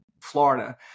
Florida